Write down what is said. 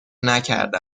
نکرده